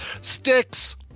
sticks